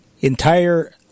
entire